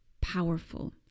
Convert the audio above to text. powerful